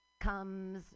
comes